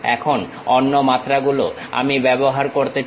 এখন অন্য মাত্রা গুলো আমি ব্যবহার করতে চাই